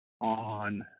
on